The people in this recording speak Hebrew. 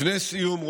לפני סיום,